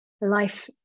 life